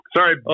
Sorry